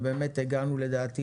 ובאמת הגענו לדעתי